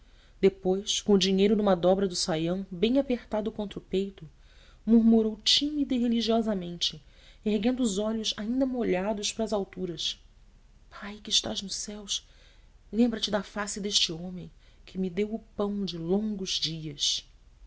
depois com o dinheiro numa dobra do saião bem apertado contra o peito murmurou tímida e religiosamente erguendo os olhos ainda molhados para as alturas pai que estás nos céus lembra-te da face deste homem que me deu o pão de longos dias